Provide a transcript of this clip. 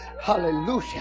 Hallelujah